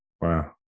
Wow